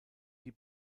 die